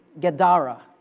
Gadara